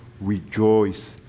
rejoice